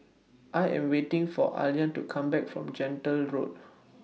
I Am waiting For Ayla to Come Back from Gentle Road